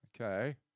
Okay